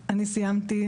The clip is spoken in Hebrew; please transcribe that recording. סיימתי.